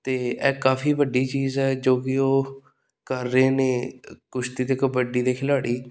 ਅਤੇ ਇਹ ਕਾਫ਼ੀ ਵੱਡੀ ਚੀਜ਼ ਹੈ ਜੋ ਕਿ ਉਹ ਕਰ ਰਹੇ ਨੇ ਕੁਸ਼ਤੀ ਅਤੇ ਕਬੱਡੀ ਦੇ ਖਿਡਾਰੀ